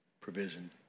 provision